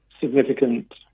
significant